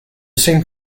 same